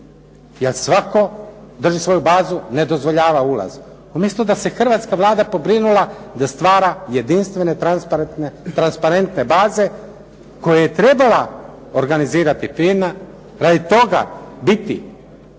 jer svatko drži svoju bazu, ne dozvoljava ulaz. Umjesto da se hrvatska Vlada pobrinula da stvara jedinstvene transparentne baze koje je trebala organizirati FINA, radi toga biti